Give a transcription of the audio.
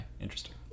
interesting